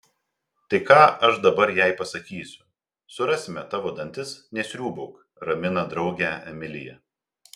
tai ką aš dabar jai pasakysiu surasime tavo dantis nesriūbauk ramina draugę emilija